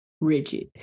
rigid